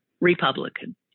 Republican